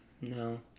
No